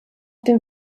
dem